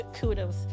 Kudos